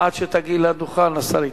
עד שתגיעי לדוכן השר ייכנס.